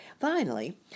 Finally